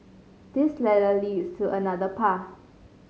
this ladder leads to another path